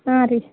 ಹಾಂ ರೀ